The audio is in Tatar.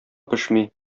пешми